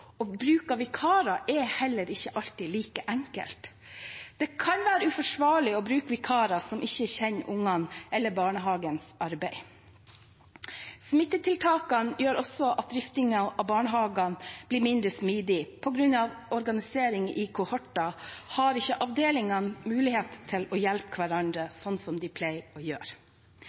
og bruk av vikarer er heller ikke alltid like enkelt. Det kan være uforsvarlig å bruke vikarer som ikke kjenner barna eller barnehagens arbeid. Smitteverntiltakene gjør også at driftingen av barnehagene blir mindre smidig. På grunn av organisering i kohorter har ikke avdelingene mulighet til å hjelpe hverandre, slik de pleier å gjøre.